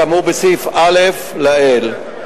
כאמור בסעיף (א) לעיל.